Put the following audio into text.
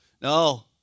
No